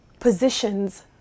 Positions